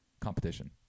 competition